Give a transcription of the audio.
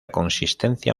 consistencia